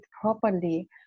properly